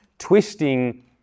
twisting